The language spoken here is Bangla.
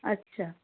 আচ্ছা